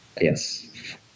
Yes